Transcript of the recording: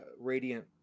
Radiant